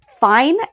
fine